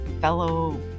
fellow